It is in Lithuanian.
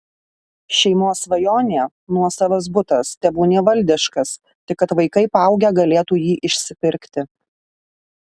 šeimos svajonė nuosavas butas tebūnie valdiškas tik kad vaikai paaugę galėtų jį išsipirkti